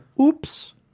oops